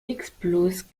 explose